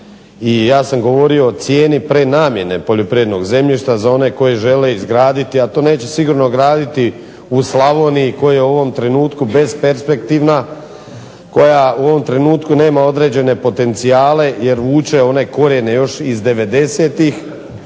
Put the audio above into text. ja sam govorio o cijeni prenamjene poljoprivrednog zemljišta za one koji žele izgraditi, a to neće sigurno graditi u Slavoniji koja je u ovom trenutku besperspektivna, koja u ovom trenutku nema određene potencijale jer vuče one korijene još iz '90.-tih,